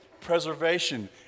preservation